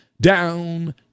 down